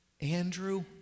Andrew